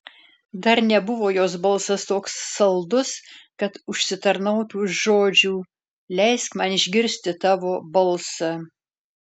dar nebuvo jos balsas toks saldus kad užsitarnautų žodžių leisk man išgirsti tavo balsą